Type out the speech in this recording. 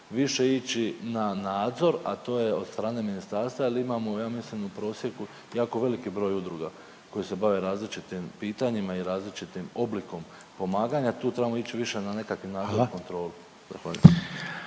više ići na nadzor, a to je od strane ministarstva jer imamo ja mislim jako veliki broj udruga koje se bave različitim pitanjima i različitim oblikom pomaganja, tu trebamo ić više na nekakav nadzor i kontrolu.